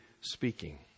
speaking